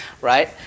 right